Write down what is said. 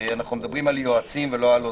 אנחנו מדברים על יועצים ולא על עוזרים.